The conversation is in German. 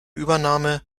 übernahme